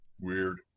Weird